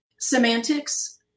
semantics